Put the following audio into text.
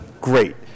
Great